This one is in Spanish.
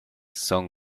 son